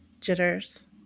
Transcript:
Jitters